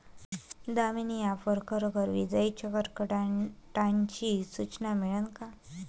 Damini app वर खरोखर विजाइच्या कडकडाटाची सूचना मिळन का?